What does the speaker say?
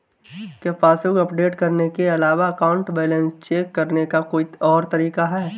क्या passbook update करने के अलावा अकाउंट बैलेंस चेक करने का कोई और तरीका है?